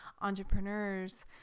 entrepreneurs